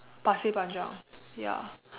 Pasir Panjang ya